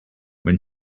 when